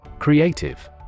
Creative